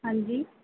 ਹਾਂਜੀ